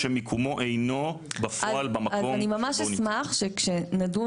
״שמיקומו אינו במקום --- אז אני ממש אשמח שכשנדון